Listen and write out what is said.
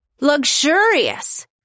luxurious